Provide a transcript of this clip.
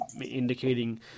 indicating